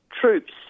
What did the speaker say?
troops